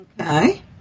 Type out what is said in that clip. Okay